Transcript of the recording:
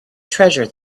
treasure